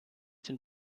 den